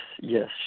yes